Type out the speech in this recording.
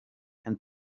and